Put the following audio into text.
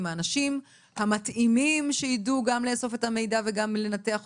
עם האנשים המתאימים שידעו גם לאסוף את המידע וגם לנתח אותו.